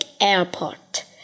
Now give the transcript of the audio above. airport